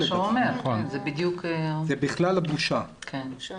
זה מה שהוא אומר.